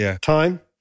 time